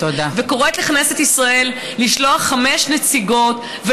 וקוראת לכנסת ישראל לשלוח חמש נציגות,